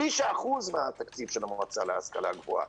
שליש האחוז מהתקציב של המועצה להשכלה גבוהה.